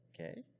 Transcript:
Okay